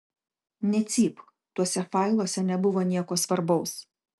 necypk tuose failuose nebuvo nieko svarbaus